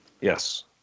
Yes